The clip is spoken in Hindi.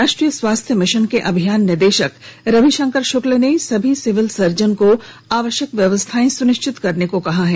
राष्ट्रीय स्वास्थ्य मिशन के अभियान निदेशक रविशंकर शक्ला ने सभी सिविल सर्जन को आवश्यक व्यवस्थाएं सुनिश्चित करने को कहा है